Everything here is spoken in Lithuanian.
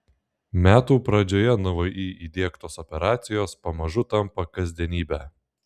metų pradžioje nvi įdiegtos operacijos pamažu tampa kasdienybe